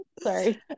Sorry